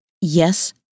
Yes